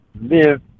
live